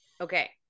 Okay